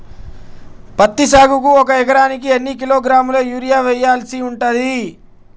పత్తి సాగుకు ఒక ఎకరానికి ఎన్ని కిలోగ్రాముల యూరియా వెయ్యాల్సి ఉంటది?